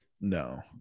No